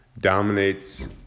dominates